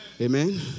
Amen